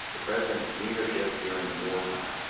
the president's leadership during wartime,